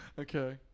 Okay